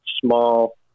small